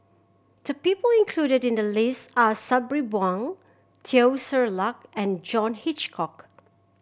the people included in the list are Sabri Buang Teo Ser Luck and John Hitchcock